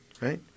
Right